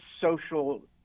social